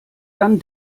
dann